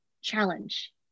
challenge